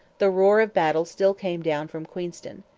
the roar of battle still came down from queenston.